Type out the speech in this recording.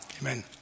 Amen